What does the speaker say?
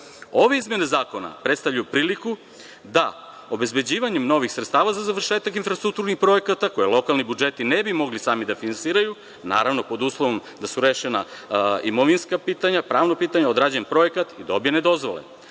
Ove izmene zakona predstavljaju priliku da obezbeđivanjem novih sredstava za završetak infrastrukturnih projekata koje lokalni budžeti ne bi mogli sami da finansiraju, naravno, pod uslovom da su rešena imovinska pitanja, pravna pitanja, odrađen projekat i dobijene dozvole.